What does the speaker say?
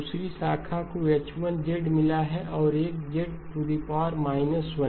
दूसरी शाखा को H1 मिला है और एक Z 1है